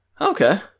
Okay